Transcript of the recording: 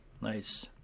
nice